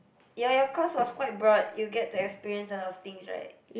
ya ya of course it was quite broad you get to experience a lot of things right